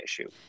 issue